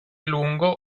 lungo